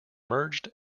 merged